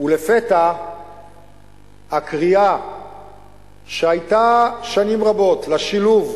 ולפתע הקריאה שהיתה שנים רבות לשילוב